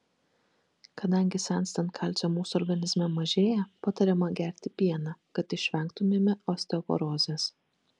kadangi senstant kalcio mūsų organizme mažėja patariama gerti pieną kad išvengtumėme osteoporozės